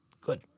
Good